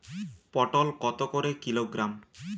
পটল কত করে কিলোগ্রাম?